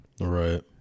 Right